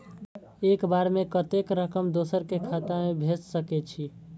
एक बार में कतेक रकम दोसर के खाता में भेज सकेछी?